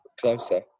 closer